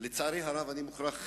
לצערי הרב, אני מוכרח